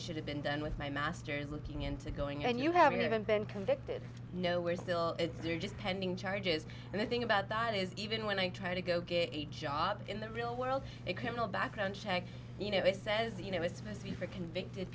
should have been done with my masters looking into going and you haven't even been convicted no we're still it's just pending charges and the thing about that is even when i try to go get a job in the real world a criminal background check you know it says you know it's messy for convicted